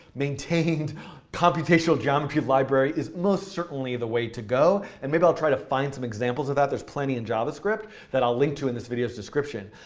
maintained computational geometry library is most certainly the way to go. and maybe i'll try to find some examples of that. there's plenty in javascript that i'll link to in this video's description.